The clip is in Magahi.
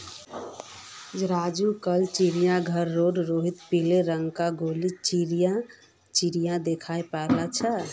राजू कल चिड़ियाघर रोड रोहित पिली रंग गेर चिरया देख याईल छे